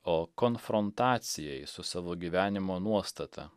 o konfrontacijai su savo gyvenimo nuostata